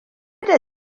da